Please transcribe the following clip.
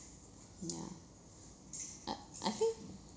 ya I I think